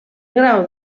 grau